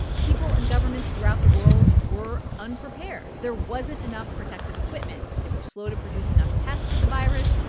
people and governments throughout the world were unprepared. there wasn't enough protective equipment. they were slow to produce enough tests for the virus.